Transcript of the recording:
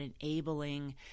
enabling